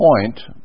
point